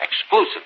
Exclusive